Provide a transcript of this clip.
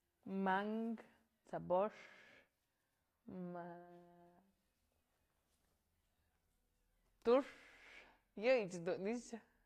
Mankë, t'sbox, mëd tu'ux yëyëch dun i'ixë.